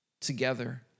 together